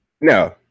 no